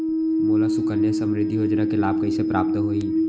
मोला सुकन्या समृद्धि योजना के लाभ कइसे प्राप्त होही?